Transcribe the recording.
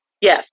Yes